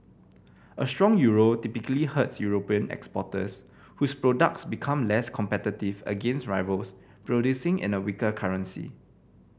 a strong euro typically hurts European exporters whose products become less competitive against rivals producing in a weaker currency